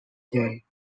day